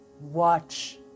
watch